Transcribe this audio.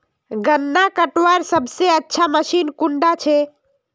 गन्ना कटवार सबसे अच्छा मशीन कुन डा छे?